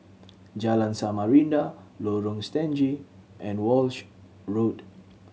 Jalan Samarinda Lorong Stangee and Walshe Road